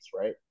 right